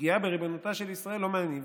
פגיעה בריבונותה של ישראל לא מעניינת.